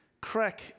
crack